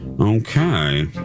Okay